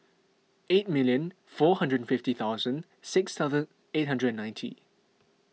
eight million four hundred fifty thousand six thousand eight hundred and ninety